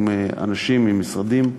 עם אנשים מהמשרדים הרלוונטיים,